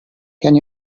can